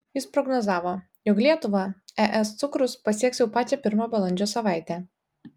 jis prognozavo jog lietuvą es cukrus pasieks jau pačią pirmą balandžio savaitę